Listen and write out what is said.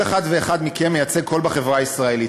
כל אחד ואחד מכם מייצג קול בחברה הישראלית.